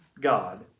God